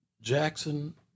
Jackson